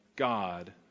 God